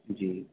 जी